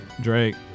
Drake